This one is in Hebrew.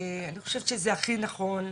ואני חושבת שזה הכי נכון.